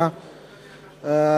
ו-2010)